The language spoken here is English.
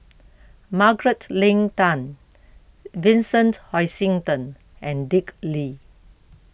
Margaret Leng Tan Vincent Hoisington and Dick Lee